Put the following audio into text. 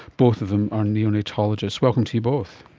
both of them are neonatologists. welcome to you both.